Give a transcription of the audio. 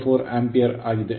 04 ampere ಆಗಿದೆ